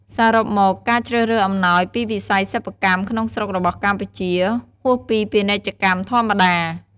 សរុបមក ការជ្រើសរើសអំណោយពីវិស័យសិប្បកម្មក្នុងស្រុករបស់កម្ពុជា ហួសពីពាណិជ្ជកម្មធម្មតា។